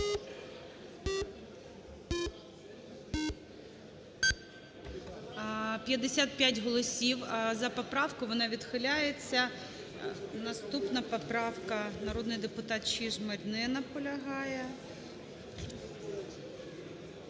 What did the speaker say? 55 голосів за поправку, вона відхиляється. Наступна поправка, народний депутат Чижмарь. Не наполягає.